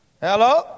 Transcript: Hello